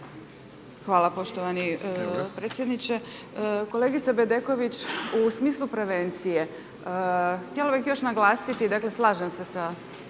Hvala poštovani predsjedniče. Kolegice Bedeković u smislu prevencije, htjela bih još naglasiti, dakle slažem se sa